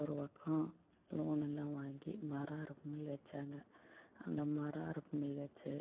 ஒரு பக்கம் லோனு எல்லாம் வாங்கி மரம் அறுப்பு மில் வச்சாங்க அந்த மரம் அறுப்பு மில் வச்சு